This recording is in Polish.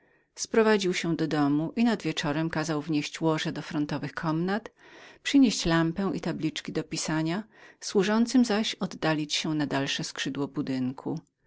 sprowadził się do domu i nad wieczorem kazał wnieść łoże do przodkowych komnat przynieść lampę i swoje tabliczki do pisania służącym zaś oddalić się na ostatnie skrzydło budynku